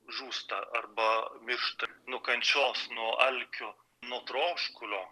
žūsta arba miršta nuo kančios nuo alkio nuo troškulio